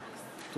נתקבלו.